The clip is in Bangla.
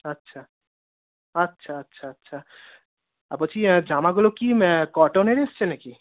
আচ্ছা আচ্ছা আচ্ছা আচ্ছা আর বলছি জামাগুলো কি কটনের এসছে নাকি